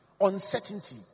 uncertainty